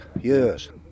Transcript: years